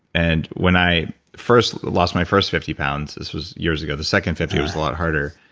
and when i first lost my first fifty pounds, this was years ago, the second fifty was a lot harder.